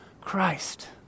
Christ